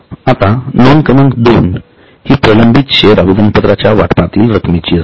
आता नोंद क्रमांक 2 हि प्रलंबित शेअर आवेदनपत्राच्या वाटपातील रक्कमेची असते